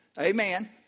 Amen